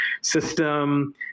system